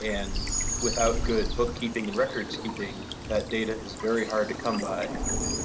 and without good bookkeeping and records keeping, that data is very hard to come by